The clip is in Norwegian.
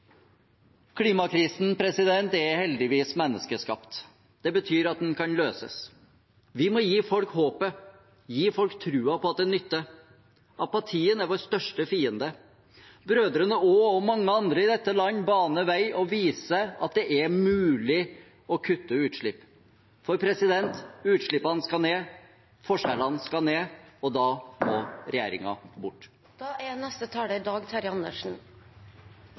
er heldigvis menneskeskapt. Det betyr at den kan løses. Vi må gi folk håpet, gi folk troen på at det nytter. Apatien er vår største fiende. Brødrene Aa og mange andre i dette land baner vei og viser at det er mulig å kutte utslipp. For utslippene skal ned, forskjellene skal ned, og da må regjeringen bort. I året vi snart har lagt bak oss, er